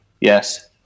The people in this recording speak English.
Yes